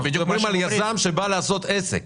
אנחנו מדברים על יזם שבא לעשות עסק.